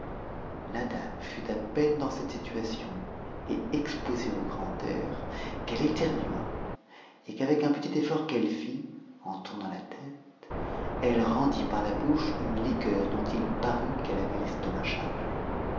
la dame fut à peine dans cette situation et exposée au grand ai qu'elle éternua et qu'avec un petit effort qu'elle fit en tournant la t te elle rendit par la bouche une liqueur dont i parut qu'elle avait t'estomac chargé